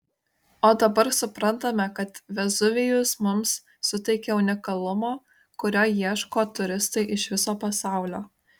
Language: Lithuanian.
o dabar suprantame kad vezuvijus mums suteikia unikalumo kurio ieško turistai iš viso pasaulio